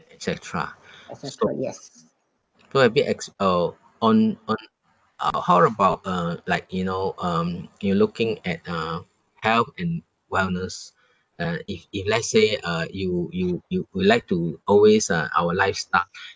et cetera so a bit ex~ oh on on uh how about uh like you know um you looking at uh health and wellness uh if if let's say uh you you you would like to always uh our lifestyle